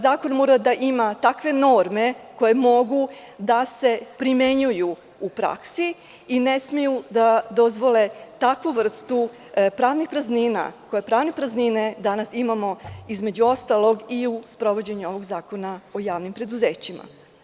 Zakon mora da ima takve norme koje mogu da se primenjuju u praksi i ne smeju da dozvole takvu vrstu pravnih praznina, koje danas imamo, između ostalog, i u sprovođenju ovog Zakona o javnim preduzećima.